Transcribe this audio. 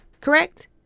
Correct